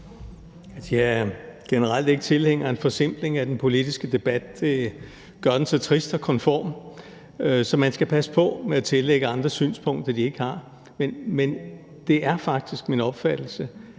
Jeg er generelt ikke tilhænger af en forsimpling af den politiske debat. Det gør den så trist og konform. Så man skal passe på med at tillægge andre synspunkter, de ikke har. Men det er faktisk min opfattelse,